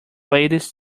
ladies